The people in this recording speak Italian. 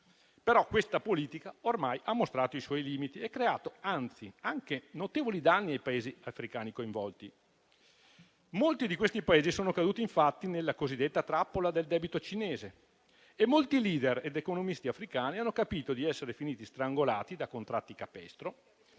Questa politica però ha ormai mostrato i suoi limiti e creato, anzi, anche notevoli danni ai Paesi africani coinvolti. Molti di questi Paesi sono caduti infatti nella cosiddetta trappola del debito cinese e molti *leader* ed economisti africani hanno capito di essere finiti strangolati da contratti capestro,